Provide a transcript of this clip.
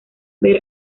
ver